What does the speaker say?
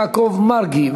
חבר הכנסת יעקב מרגי.